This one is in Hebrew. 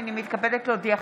הינני מתכבדת להודיעכם,